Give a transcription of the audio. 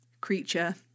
creature